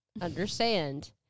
understand